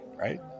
right